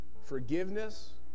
forgiveness